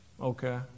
Okay